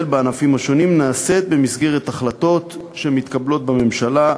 בענפים שונים נעשית במסגרת החלטות שמתקבלות בממשלה,